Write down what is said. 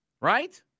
right